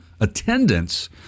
attendance